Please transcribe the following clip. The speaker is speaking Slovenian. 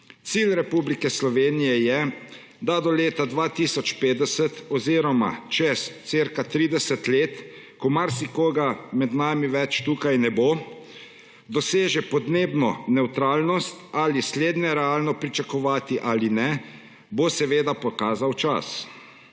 Cilj Republike Slovenije je, da do leta 2050 oziroma čez cirka 30 let, ko marsikoga med nami več tukaj ne bo, doseže podnebno nevtralnost, ali je slednje realno pričakovati ali ne, bo seveda pokazal čas.